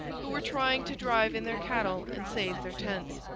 who were trying to drive in their cattle and save their tents.